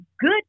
good